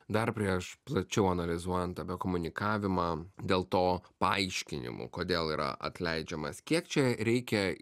dar prieš plačiau analizuojant apie komunikavimą dėl to paaiškinimų kodėl yra atleidžiamas kiek čia reikia